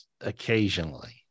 occasionally